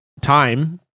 time